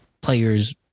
players